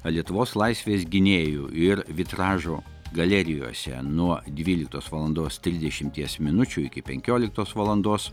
lietuvos laisvės gynėjų ir vitražo galerijose nuo dvyliktos valandos trisdešimties minučių iki penkioliktos valandos